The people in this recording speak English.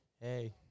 Hey